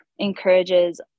encourages